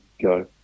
go